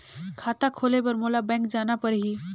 खाता खोले बर मोला बैंक जाना परही?